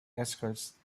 escorts